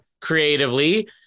creatively